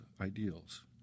ideals